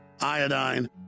iodine